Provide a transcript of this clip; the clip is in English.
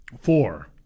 Four